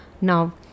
now